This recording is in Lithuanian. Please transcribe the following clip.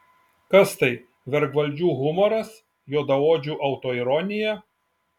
kas tai vergvaldžių humoras juodaodžių autoironija